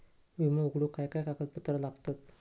विमो उघडूक काय काय कागदपत्र लागतत?